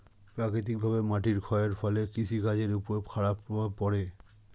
প্রাকৃতিকভাবে মাটির ক্ষয়ের ফলে কৃষি কাজের উপর খারাপ প্রভাব পড়ে